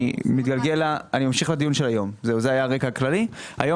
זה היה הרקע הכללי; אני ממשיך לדיון של היום.